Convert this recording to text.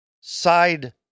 side